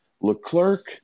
LeClerc